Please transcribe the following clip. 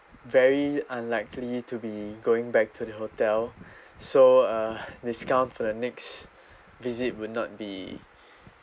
very unlikely to be going back to the hotel so uh discount for the next visit would not be